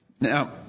Now